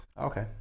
Okay